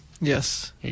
Yes